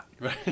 right